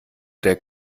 der